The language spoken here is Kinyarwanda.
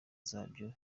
zabyo